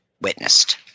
witnessed